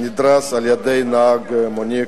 נדרס על-ידי נהג מונית.